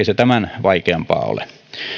se tämän vaikeampaa ole